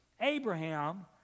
Abraham